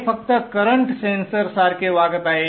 हे फक्त करंट सेन्सर्ससारखे वागत आहेत